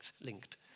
linked